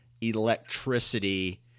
electricity